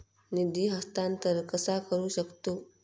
निधी हस्तांतर कसा करू शकतू?